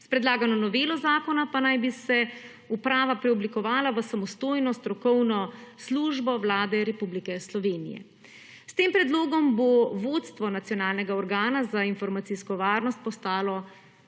S predlagano novelo zakona pa naj bi se uprava preoblikovala v samostojno strokovno službo Vlade Republike Slovenije. S tem predlogom bo vodstvo nacionalnega organa za informacijsko varnost postalo odgovorno